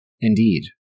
Indeed